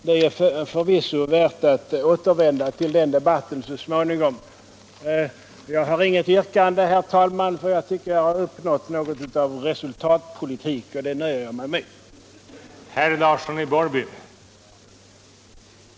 Det är förvisso värt att återvända till den debatten så småningom. Jag har inget yrkande, herr talman, för jag tycker att jag har åstadkommit något av resultatpolitik, och det nöjer jag mig med.